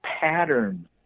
pattern